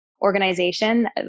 organization